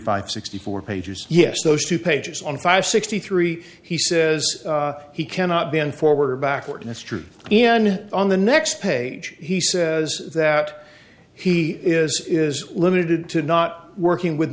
five sixty four pages yes those two pages on five sixty three he says he cannot be on forward or backward and it's true and on the next page he says that he is is limited to not working with